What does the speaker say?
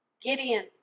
Gideon